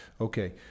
Okay